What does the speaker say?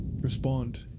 respond